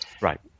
Right